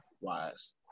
wise